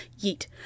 Yeet